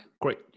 great